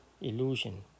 illusion